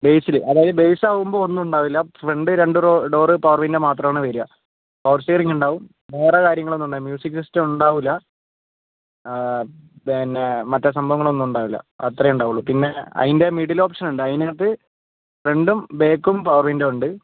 ബെയ്സിന് അതായത് ബെയ്സ് ആകുമ്പം ഒന്നും ഉണ്ടാകില്ല ഫ്രണ്ട് രണ്ട് ഡോറ് പവർ വിൻ്റോ മാത്രമാണ് വരിക പവർ സ്റ്റിയറിംഗ് ഉണ്ടാവും വേറെ കാര്യങ്ങളൊന്നും മ്യൂസിക് സിസ്റ്റം ഉണ്ടാവില്ല പിന്നെ മറ്റേ സംഭവങ്ങളൊന്നും ഉണ്ടാകില്ല അത്രയേ ഉണ്ടാവുള്ളൂ പിന്നെ അതിൻ്റെ മിഡിൽ ഓപ്ഷൻ ഉണ്ട് അതിനകത്ത് ഫ്രണ്ടും ബാക്കും പവർ വിൻ്റോ ഉണ്ട്